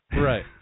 Right